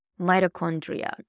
mitochondria